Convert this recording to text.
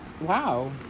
Wow